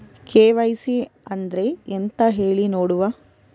KYC ಅಂದ್ರೆ ಎಂತ ಹೇಳಿ ನೋಡುವ?